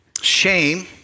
Shame